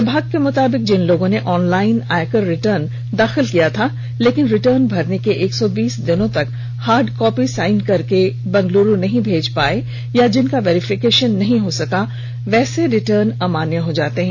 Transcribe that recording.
विभाग के मुताबिक जिन लोगों ने ऑनलाइन आयकर रिटर्न दाखिल किया था लेकिन रिटर्न भरने के एक सौ बीस दिन तक हार्डकॉपी साइन करके बेंगलुरू नहीं भेज पाए या जिनका वेरिफिकेशन नहीं हुआ है वैसे रिटर्न अमान्य हो जाते हैं